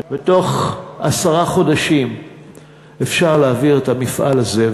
בתוך עשרה חודשים אפשר להעביר את המפעל הזה,